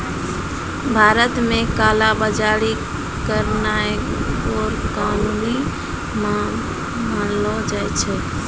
भारत मे काला बजारी करनाय गैरकानूनी मानलो जाय छै